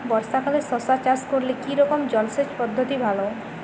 বর্ষাকালে শশা চাষ করলে কি রকম জলসেচ পদ্ধতি ভালো?